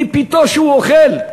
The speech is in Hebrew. מפתו שהוא אוכל,